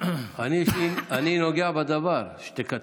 אני נוגע בדבר, שתקצר,